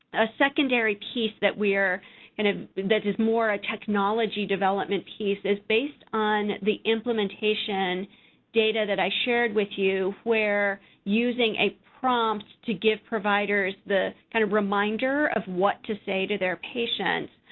a secondary piece that we're and ah that is more a technology development piece is based on the implementation data that i shared with you, where using a prompt to give providers the kind of reminder of what to say to their patients,